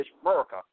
America